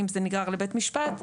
אם זה נגרר לבית משפט,